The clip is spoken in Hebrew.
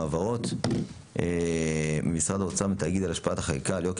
הבהרות ממשרד האוצר מתאגיד על השפעת החקיקה על יוקר